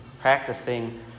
practicing